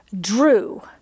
drew